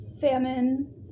famine